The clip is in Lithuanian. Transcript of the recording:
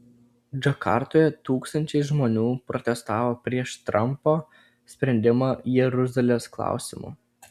džakartoje tūkstančiai žmonių protestavo prieš trampo sprendimą jeruzalės klausimu